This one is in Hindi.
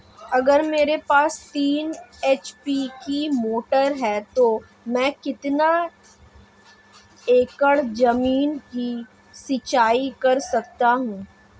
अगर मेरे पास तीन एच.पी की मोटर है तो मैं कितने एकड़ ज़मीन की सिंचाई कर सकता हूँ?